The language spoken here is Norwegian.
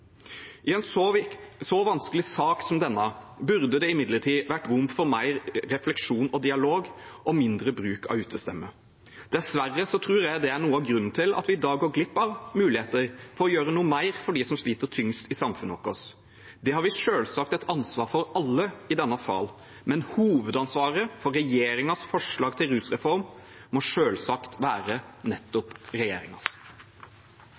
I en så vanskelig sak som denne burde det imidlertid vært rom for mer refleksjon og dialog og mindre bruk av utestemme. Dessverre tror jeg det er noe av grunnen til at vi i dag går glipp av muligheter for å gjøre noe mer for dem som sliter tyngst i samfunnet vårt. Det har alle vi i denne salen selvsagt et ansvar for, men hovedansvaret for regjeringens forslag til rusreform må selvsagt være